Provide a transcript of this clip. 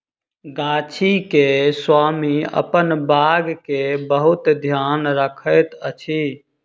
गाछी के स्वामी अपन बाग के बहुत ध्यान रखैत अछि